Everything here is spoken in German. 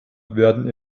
werden